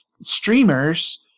streamers